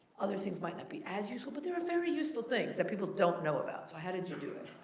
other things might not be as useful, but there were very useful things that people don't know about so how did you do it?